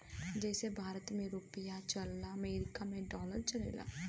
जइसे भारत मे रुपिया चलला अमरीका मे डॉलर चलेला